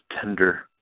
tender